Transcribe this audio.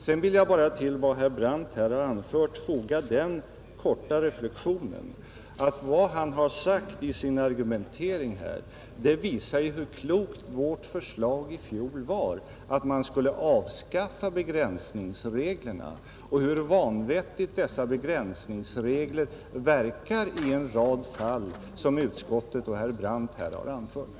Sedan vill jag bara till vad herr Brandt anfört foga den reflexionen att vad han nu sade i sin argumentering visar hur klokt vårt förslag i fjol var att man skulle avskaffa begränsningsreglerna och hur vanvettigt dessa begränsningsregler verkar i en rad fall som utskottet och herr Brandt här har anfört.